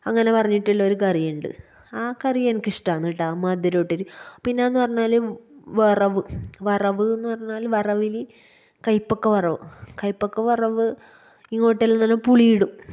അങ്ങനെ പറഞ്ഞിട്ടുള്ള ഒരു കറിയുണ്ട് ആ കറിയെനിക്ക് ഇഷ്ടമാണ് കെട്ടോ മധുരം ഇട്ട ഒരു പിന്നെ എന്ന് പറഞ്ഞാല് വറവ് വറവ് എന്ന് പറഞ്ഞാല് വറവില് കയ്പ്പയ്ക്ക വറവ് കയ്പ്പയ്ക്ക വറവ് ഇങ്ങോട്ടെല്ലാം നല്ല പുളിയിടും